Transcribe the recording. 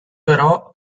però